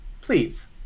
please